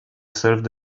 served